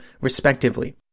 respectively